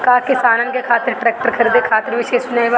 का किसानन के खातिर ट्रैक्टर खरीदे खातिर विशेष योजनाएं बा?